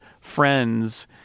friends